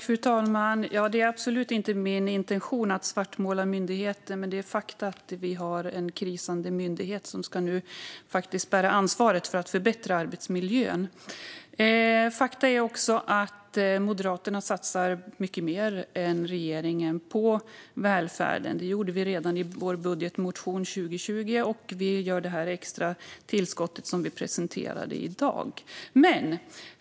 Fru talman! Det är absolut inte min intention att svartmåla myndigheten. Det är ett faktum att vi har en krisande myndighet som nu ska bära ansvaret för att förbättra arbetsmiljön. Det är också ett faktum att Moderaterna satsar mycket mer än regeringen på välfärden. Det gjorde vi redan i vår budgetmotion för 2020, och vi gör det extra tillskott som vi presenterade i dag.